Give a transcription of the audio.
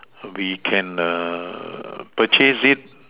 we can purchase it